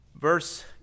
Verse